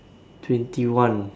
twenty one